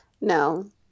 No